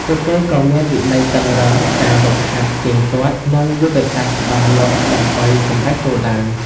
ពួកគេក៏មានវិន័យតឹងរ៉ឹង ការហ្វឹកហាត់ទៀងទាត់ និងយុទ្ធសាស្ត្រច្បាស់លាស់ដើម្បីសម្រេចគោលដៅ។